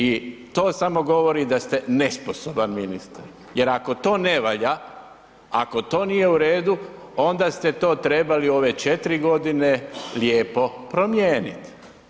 I to samo govori da ste nesposoban ministar jer ako to ne valja, ako to nije u redu onda ste to trebali u ove 4 godine lijepo promijeniti.